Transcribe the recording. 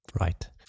Right